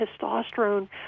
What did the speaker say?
testosterone